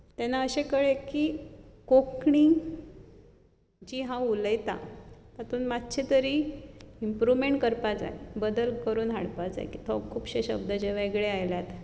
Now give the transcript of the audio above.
तेन्ना अशेंं कळ्ळें की कोंकणी जी हांव उलोयतां तातूंत मात्शें तरी इंप्रुवमेंट करपाक जाय बदल करून हाडपाक जाय तातूंत खुबशे शब्द जे वेगळे आयलात